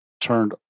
turned